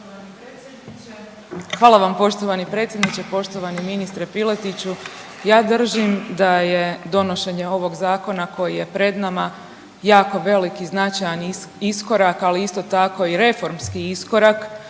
Hvala vam poštovani predsjedniče. Poštovani ministre Piletiću, ja držim da je donošenje ovog zakona koji je pred nama jako velik i značajan iskorak, ali isto tako i reformski iskorak